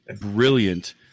brilliant